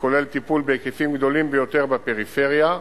שכולל טיפול בהיקפים גדולים ביותר בפריפריה,